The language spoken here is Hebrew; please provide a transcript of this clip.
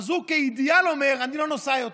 אז הוא כאידיאל אומר, אני לא נוסע יותר.